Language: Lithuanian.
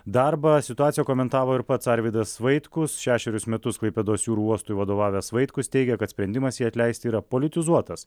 darbą situaciją komentavo ir pats arvydas vaitkus šešerius metus klaipėdos jūrų uostui vadovavęs vaitkus teigia kad sprendimas jį atleisti yra politizuotas